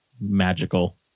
magical